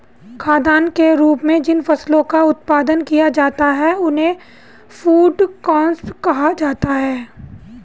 खाद्यान्न के रूप में जिन फसलों का उत्पादन किया जाता है उन्हें फूड क्रॉप्स कहा जाता है